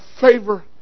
favor